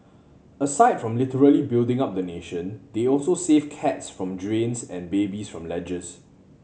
aside from literally building up the nation they also save cats from drains and babies from ledges